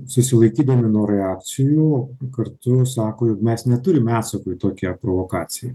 susilaikydami nuo reakcijų kartu sako jog mes neturim atsako į tokią provokaciją